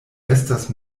estas